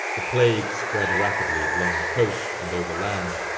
the plague spread rapidly along the coast and over land,